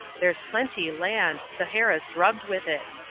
there's plenty land, sahara's drugged with it.